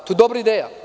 To je dobra ideja.